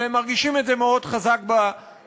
והם מרגישים את זה מאוד חזק בפקקים.